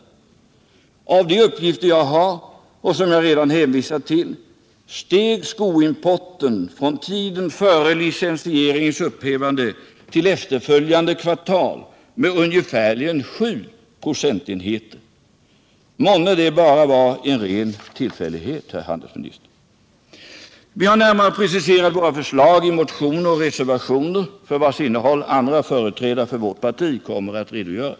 Enligt de uppgifter jag har och som jag redan hänvisat till steg skoimporten från tiden före licensieringens upphävande till efterföljande kvartal med ungefär sju procentenheter. Manne det bara var en ren tillfällighet, herr handelsminister? Vi har närmare preciserat våra förslag i motioner och reservationer, för vilkas innehåll andra företrädare för vårt parti kommer att redogöra.